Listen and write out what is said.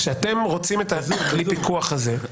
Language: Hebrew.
כשאתם רוצים את הכלי פיקוח על זה,